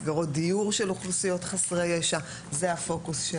מסגרות דיור של אוכלוסיות חסרי ישע זה הפוקוס של